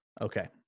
Okay